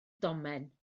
domen